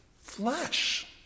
flesh